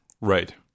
Right